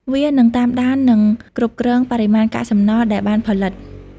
វានឹងតាមដាន និងគ្រប់គ្រងបរិមាណកាកសំណល់ដែលបានផលិត។